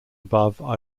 above